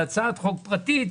אתה יודע לומר כמה דירות היו בפיק.